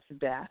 Beth